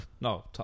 no